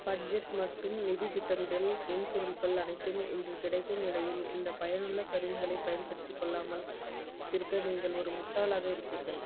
budget மற்றும் நிதி திட்டமிடல் மென்பொருள்கள் அனைத்தும் இன்று கிடைக்கும் நிலையில் இந்த பயனுள்ள கருவிகளைப் பயன்படுத்தி கொள்ளாமல் இருக்க நீங்கள் ஒரு முட்டாளாக இருப்பீர்கள்